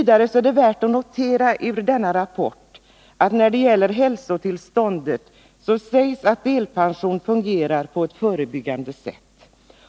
Det är också värt att notera vad rapporten säger om hälsotillståndet, nämligen att delpension fungerar på ett förebyggande sätt.